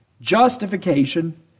justification